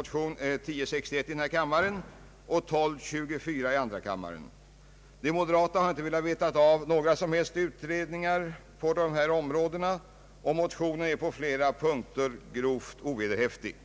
1061 i denna kammare och 1224 i andra kammaren förkla rat att de inte vill veta av några som helst utredningar på dessa områden. Motionen är på flera punkter grovt ovederhäftig.